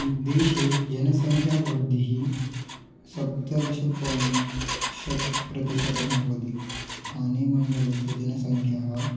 देशे जनसङ्ख्यायाः वृद्धिः सप्तदश पाय्ण्ट् षट् प्रतिशतं भवति धानेमण्डलस्य जनसङ्ख्या